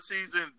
season